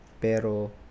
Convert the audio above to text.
pero